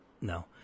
No